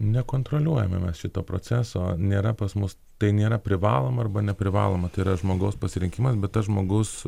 nekontroliuojame mes šito proceso nėra pas mus tai nėra privaloma arba neprivaloma tai yra žmogaus pasirinkimas bet tas žmogus